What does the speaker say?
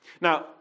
Now